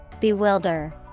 Bewilder